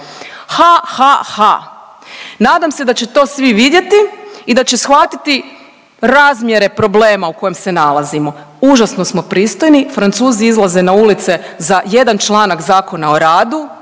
Ha, ha, ha. Nadam se da će to svi vidjeti i da će shvatiti razmjere problema u kojim se nalazimo. Užasno smo pristojni, Francuzi izlaze na ulice za jedan članak Zakona o radu